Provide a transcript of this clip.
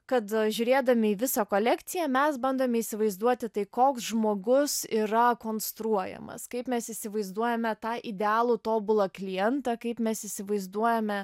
kad žiūrėdami į visą kolekciją mes bandome įsivaizduoti tai koks žmogus yra konstruojamas kaip mes įsivaizduojame tą idealų tobulą klientą kaip mes įsivaizduojame